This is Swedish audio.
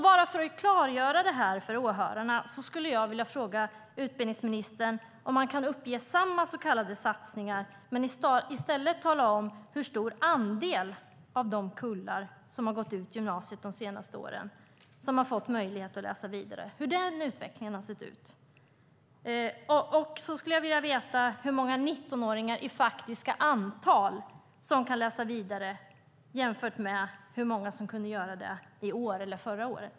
Bara för att klargöra det för åhörarna skulle jag vilja fråga utbildningsministern om han kan uppge samma så kallade satsningar men i stället tala om hur stor andel av de kullar som har gått ut gymnasiet de senaste åren som har fått möjlighet att läsa vidare och hur den utvecklingen har sett ut. Jag skulle också vilja veta hur många 19-åringar i faktiskt antal som kan läsa vidare i framtiden jämfört med hur många som kunde göra det i år eller förra året.